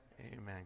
Amen